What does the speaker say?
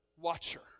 watcher